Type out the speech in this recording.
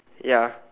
ya